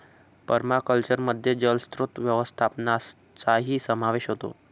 पर्माकल्चरमध्ये जलस्रोत व्यवस्थापनाचाही समावेश होतो